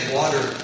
water